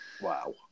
Wow